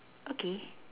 okay